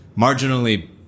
marginally